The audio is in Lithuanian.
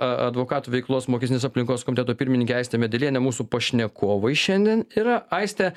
a advokatų veiklos mokestinės aplinkos komiteto pirmininkė aistė medelienė mūsų pašnekovai šiandien yra aiste